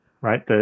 right